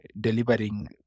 delivering